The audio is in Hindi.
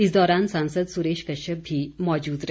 इस दौरान सांसद सुरेश कश्यप भी मौजूद रहे